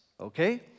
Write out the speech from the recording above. Okay